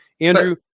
Andrew